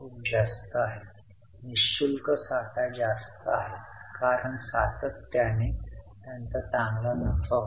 वजा करण्याच्या 35600 उपक्रमांमध्ये गुंतवणूक केलेली ही रोकड आहे